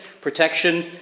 protection